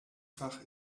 fach